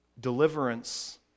deliverance